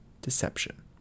deception